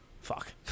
Fuck